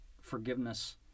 forgiveness